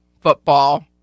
football